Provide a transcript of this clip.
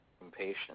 Impatient